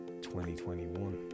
2021